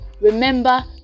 remember